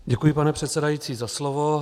Děkuji, pane předsedající, za slovo.